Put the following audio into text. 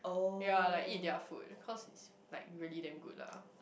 ya like eat their food cause it's like really damn good lah